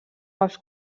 pels